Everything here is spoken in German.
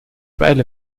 beeile